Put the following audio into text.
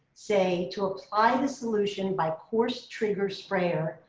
say to apply the solution by course trigger sprayer,